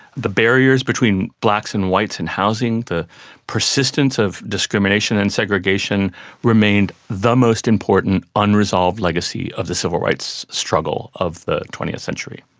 the barriers between blacks and whites in housing, the persistence of discrimination and segregation remained the most important unresolved legacy of the civil rights struggle of the twentieth century.